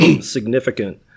significant